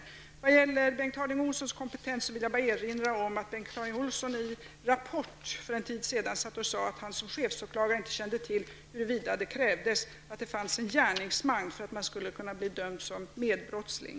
Vad gäller Bengt Harding Olsons kompetens vill jag bara erinra om att Bengt Harding Olson i Rapport för en tid sedan sade att han som chefsåklagare inte kände till huruvida det krävdes att det fanns en gärningsman för att man skulle kunna bli dömd som medbrottsling.